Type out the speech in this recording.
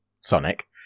Sonic